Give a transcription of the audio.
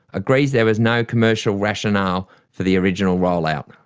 agrees there was no commercial rationale for the original rollout.